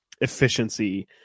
efficiency